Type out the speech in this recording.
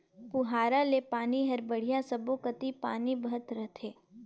पुहारा ले पानी हर बड़िया सब्बो कति पानी बहत रथे